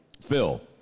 Phil